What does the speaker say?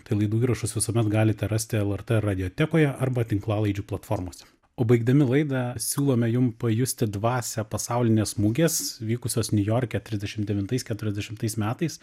tai laidų įrašus visuomet galite rasti lrt radiotekojo arba tinklalaidžių platformose o baigdami laidą siūlome jum pajusti dvasią pasaulinės mugės vykusios niujorke trisdešim devintais keturiasdešimtais metais